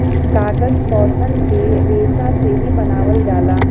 कागज पौधन के रेसा से ही बनावल जाला